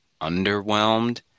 underwhelmed